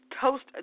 Toast